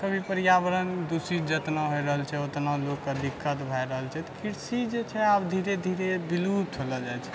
कभी पर्यावरण दूषित जेतना हो रहल छै ओतना लोकके दिक्कत भए रहल छै तऽ कृषि जे छै आब धीरे धीरे विलुप्त होलो जाइत छै